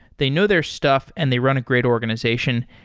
they know their stuff and they run a great organization.